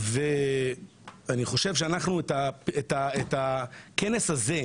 ואני חושב שאת הכנס הזה,